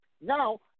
Now